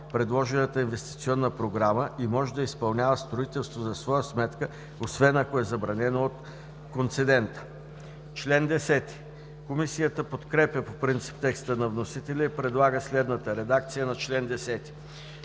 предложената инвестиционна програма и може да изпълнява строителство за своя сметка, освен ако е забранено от концедента.“ Комисията подкрепя по принцип текста на вносителя и предлага следната редакция на чл. 10: